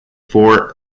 four